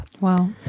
Wow